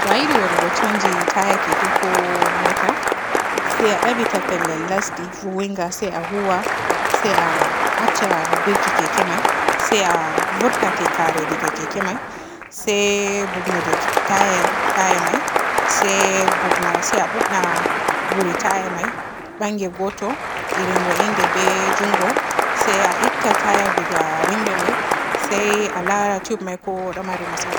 To a yiɗi waadugo caanji taya keke ko mota se a dabita pellel lasdi vowiinga se a huuwa se a acca birki keke may se a vurta tikare diga keke may se bunnude taya taya me se bupna se a bupna buri taya me bange goto irimre innde be juungo se a itta taya diga rimre me se a laara tub me ko du mari matsala.